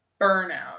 Burnout